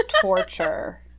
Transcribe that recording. torture